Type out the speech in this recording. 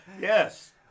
Yes